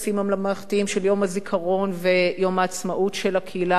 יום הזיכרון ויום העצמאות של הקהילה היהודית בבריסל,